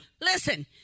Listen